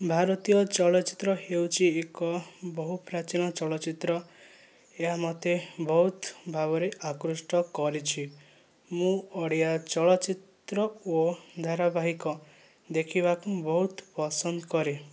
ଭାରତୀୟ ଚଳଚ୍ଚିତ୍ର ହେଉଛି ଏକ ବହୁ ପ୍ରାଚୀନ ଚଳଚ୍ଚିତ୍ର ଏହା ମୋତେ ବହୁତ ଭାବରେ ଆକୃଷ୍ଟ କରିଛି ମୁଁ ଓଡ଼ିଆ ଚଳଚ୍ଚିତ୍ର ଓ ଧାରାବାହିକ ଦେଖିବାକୁ ବହୁତ ପସନ୍ଦ କରେ